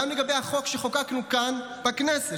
גם לגבי החוק שחוקקנו כאן בכנסת,